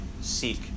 seek